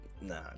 nah